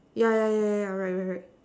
yeah yeah yeah yeah yeah right right right